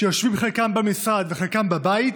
שיושבים חלקם במשרד וחלקם בבית,